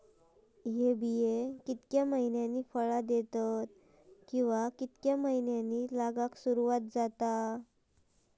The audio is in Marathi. हया बिया कितक्या मैन्यानी फळ दिता कीवा की मैन्यानी लागाक सर्वात जाता?